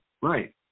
Right